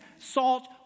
salt